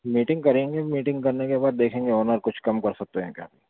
meeting کریں گے meeting کرنے کے بعد دیکھیں گے آنر کچھ کم کر سکتے ہیں کیا